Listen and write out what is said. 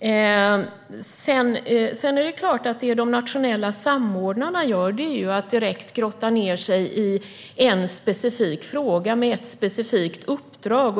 De nationella samordnarna grottar såklart ned sig i en specifik fråga, med ett specifikt uppdrag.